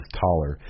taller